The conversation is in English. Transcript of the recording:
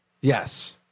Yes